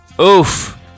oof